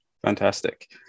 fantastic